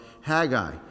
Haggai